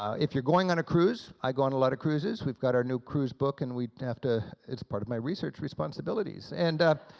if you're going on a cruise, cruise, i go on a lot of cruises, we've got our new cruise book and we have to it's part of my research responsibilities and